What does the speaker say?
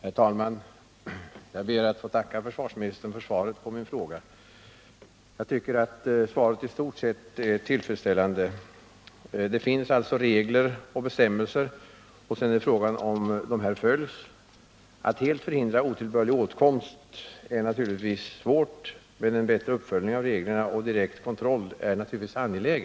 Herr talman! Jag ber att få tacka försvarsministern för svaret på min fråga. Svaret är i stort sett tillfredsställande. Det finns alltså regler och bestämmelser, men sedan är frågan om dessa följs. Att helt förhindra otillbörlig åtkomst är naturligtvis svårt, men det är angeläget med en bättre uppföljning av reglerna och en direkt kontroll.